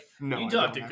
no